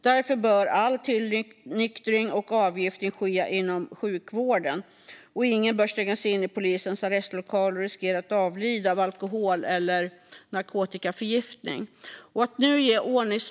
Därför bör all tillnyktring och avgiftning ske inom sjukvården. Ingen bör stängas in i polisens arrestlokaler och löpa risk att avlida av alkohol eller narkotikaförgiftning.